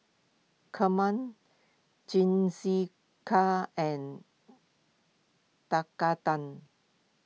Kheema Jingisukan and Tekkadon